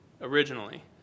originally